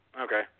Okay